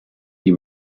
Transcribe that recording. die